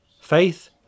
faith